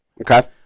Okay